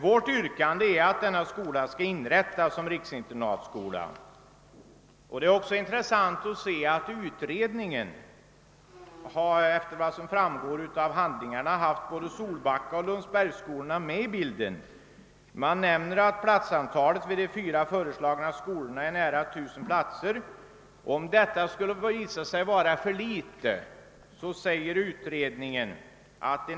Vårt yrkande är att denna skola skall inrättas som riksinternatskola. Det är också intressant att se att utredningen, efter vad som framgår av handlingarna, haft både Solbackaoch Lundsbergsskolorna med i bilden. Man nämner att platsantalet vid de fyra föreslagna skolorna uppgår till nära 1 000. Om detta skulle visa sig vara för litet skall, säger utredningen, de.